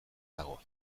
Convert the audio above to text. dago